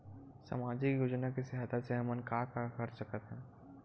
सामजिक योजना के सहायता से हमन का का कर सकत हन?